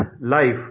life